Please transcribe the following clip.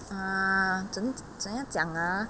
ah 怎怎么样讲 ah